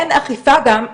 אין אכיפה גם,